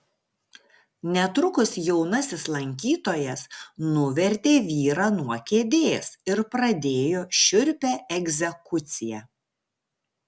netrukus jaunasis lankytojas nuvertė vyrą nuo kėdės ir pradėjo šiurpią egzekuciją